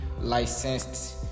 licensed